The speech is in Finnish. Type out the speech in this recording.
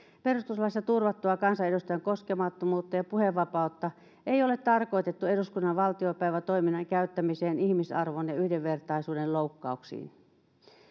perustuslaissa turvattua kansanedustajan koskemattomuutta ja puhevapautta ei ole tarkoitettu eduskunnan valtiopäivätoiminnan käyttämiseen ihmisarvon ja yhdenvertaisuuden loukkauksiin